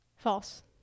False